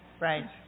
Right